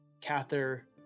Cather